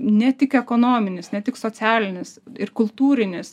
ne tik ekonominis ne tik socialinis ir kultūrinis